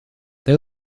they